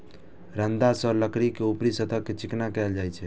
रंदा सं लकड़ी के ऊपरी सतह कें चिकना कैल जाइ छै